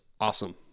awesome